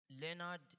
Leonard